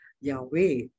Yahweh